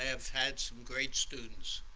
have had some great students,